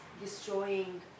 destroying